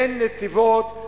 בין נתיבות,